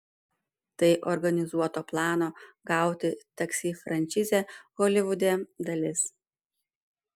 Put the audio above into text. tai organizuoto plano gauti taksi franšizę holivude dalis